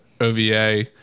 OVA